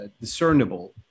discernible